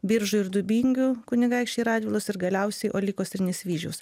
biržų ir dubingių kunigaikščiai radvilos ir galiausiai olikos ir nesvyžiaus